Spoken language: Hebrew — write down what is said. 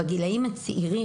בגילאים הצעירים,